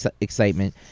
excitement